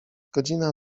godzina